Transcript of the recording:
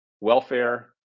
welfare